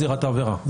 זו לא זירת העבירה.